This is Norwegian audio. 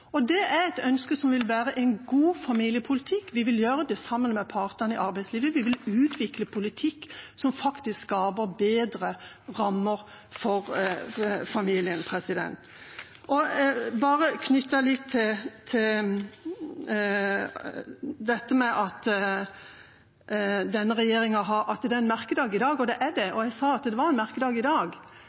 vil være god familiepolitikk. Vi vil gjøre det sammen med partene i arbeidslivet. Vi vil utvikle politikk som faktisk skaper bedre rammer for familien. Så til dette med at det er en merkedag i dag. Det er det. Jeg sa at det var en merkedag i dag,